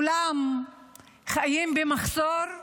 כולם חיים במחסור,